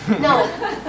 No